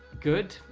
good,